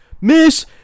miss